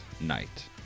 Night